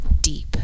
deep